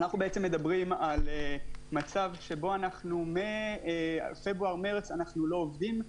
אנחנו מדברים על מצב שבו מאז פברואר-מרץ אנחנו לא עובדים,